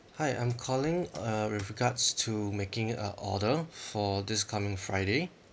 hi I'm calling uh with regards to making a order for this coming friday